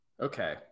okay